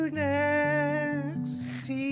next